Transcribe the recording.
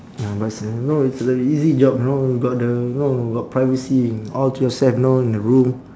uh but it's a know it's a easy job know got the know got privacy all to yourself know in the room